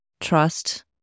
trust